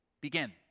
Begin